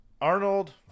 Arnold